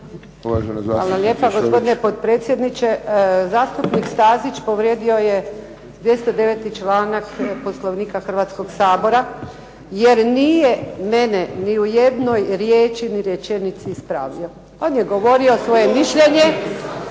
Hvala lijepa gospodine potpredsjedniče. Zastupnik Stazić povrijedio je 209. članak Poslovnika Hrvatskog sabora jer nije mene ni u jednoj riječi i rečenici ispravio. On je govorio svoje mišljenje,